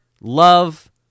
Love